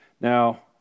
now